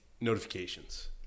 notifications